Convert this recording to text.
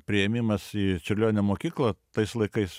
priėmimas į čiurlionio mokyklą tais laikais